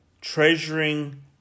treasuring